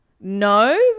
No